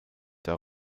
der